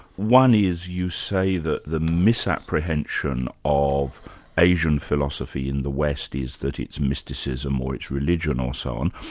one is, you say that the misapprehension of asian philosophy in the west is that it's mysticism or it's religion or so on,